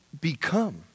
become